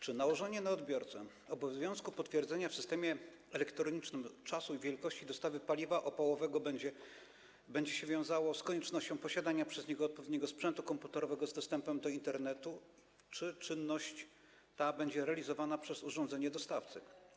Czy nałożenie na odbiorcę obowiązku potwierdzenia w systemie elektronicznym czasu i wielkości dostawy paliwa opałowego będzie się wiązało z koniecznością posiadania przez niego odpowiedniego sprzętu komputerowego z dostępem do Internetu, czy czynność ta będzie realizowana przez urządzenie dostawcy?